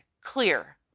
clear